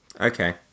Okay